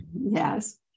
Yes